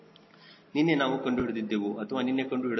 47 ನಿನ್ನೆ ನಾವು ಕಂಡುಹಿಡಿದಿದ್ದೆವು ಅಥವಾ ನಿನ್ನೆ ಕಂಡುಹಿಡಿದಾಗ ಅದರ ಮೌಲ್ಯವು 4